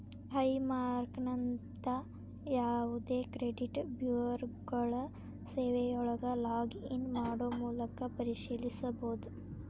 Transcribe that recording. high ಮಾರ್ಕ್ನಂತ ಯಾವದೇ credit ಬ್ಯೂರೋಗಳ ಸೇವೆಯೊಳಗ ಲಾಗ್ ಇನ್ ಮಾಡೊ ಮೂಲಕ ಪರಿಶೇಲಿಸಬೋದ